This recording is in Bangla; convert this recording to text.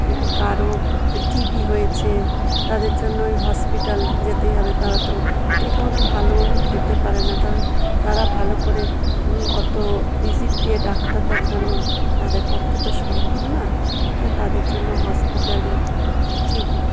হ্যাঁ কারো টি বি হয়েছে তাদের জন্য ওই হসপিটাল যেতেই হবে তারা তো ঠিক মতন ভালোমন্দ খেতে পারে না তারা ভালো করে অত ভিজিট দিয়ে ডাক্তার দেখানো তাদের পক্ষে তো সম্ভব না তাই তাদের জন্য হসপিটালই ঠিক